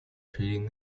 treating